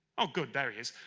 oh good, there he is